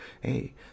hey